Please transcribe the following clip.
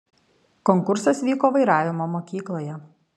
konkursas vyko vairavimo mokykloje